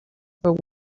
were